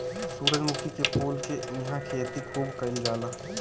सूरजमुखी के फूल के इहां खेती खूब कईल जाला